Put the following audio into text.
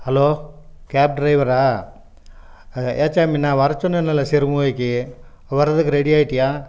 hello cab ட்ரைவரா ஏச்சாமி நான் வர சொன்னேன்லே சிறுமுகைக்கு வர்றதுக்கு ரெடி ஆயிட்டியா